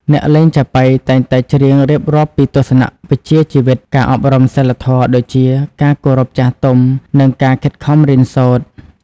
អ្នកលេងចាប៉ីតែងតែច្រៀងរៀបរាប់ពីទស្សនៈវិជ្ជាជីវិត ការអប់រំសីលធម៌ ដូចជា ការគោរពចាស់ទុំ និងការខិតខំរៀនសូត្រ។